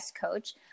coach